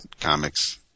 comics